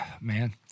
man